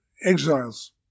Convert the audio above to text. exiles